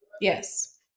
Yes